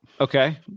Okay